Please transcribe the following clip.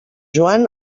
joan